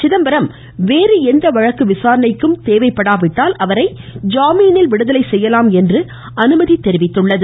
சிதம்பரம் வேறு எந்த வழக்கு விசாரணைக்கும் தேவைப்படாவிட்டால் அவரை ஜாமீனில் விடுதலை செய்யலாம் என்று அனுமதி வழங்கழயுள்ளது